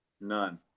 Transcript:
none